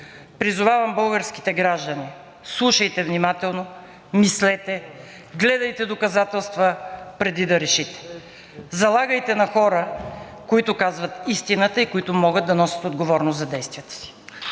Призовавам българските граждани: слушайте внимателно, мислете, гледайте доказателства, преди да решите. Залагайте на хора, които казват истината и които могат да носят отговорност за действията си.